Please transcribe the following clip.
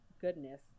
goodness